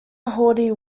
haughty